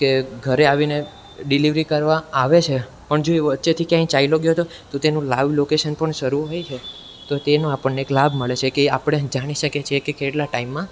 કે ઘરે આવીને ડિલેવરી કરવા આવે છે પણ જો એ વચ્ચેથી ક્યાંય ચાલ્યો ગયો તો તો તેનું લાઈવ લોકેશન પણ શરૂ હોય છે તો તેનો આપણને એક લાભ મળે છે કે એ આપણે જાણી શકીએ છે કે કેટલા ટાઈમમાં